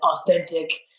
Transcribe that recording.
authentic